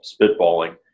spitballing